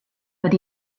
but